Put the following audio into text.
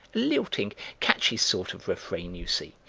lifting, catchy sort of refrain, you see,